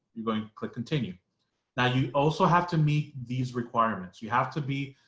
you're going to click continue now, you also have to meet these requirements, you have to be